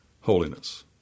holiness